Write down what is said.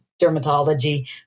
dermatology